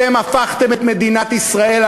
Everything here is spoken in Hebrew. אתם הפכתם את מדינת ישראל,